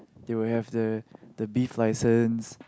they will have the the beef license